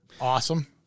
Awesome